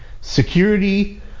Security